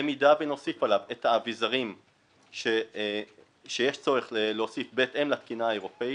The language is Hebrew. במידה ונוסיף עליו את האביזרים שיש צורך להוסיף בהתאם לתקינה האירופית,